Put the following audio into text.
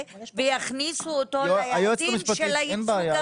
ותכניסו אותו ליעדים של הייצוג ההולם.